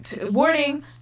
warning